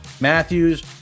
Matthews